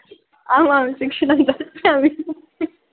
आम् आम् शिक्षणं दास्यामि